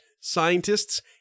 scientists